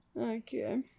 Okay